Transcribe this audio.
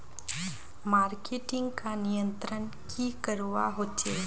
Marketing का नियंत्रण की करवा होचे?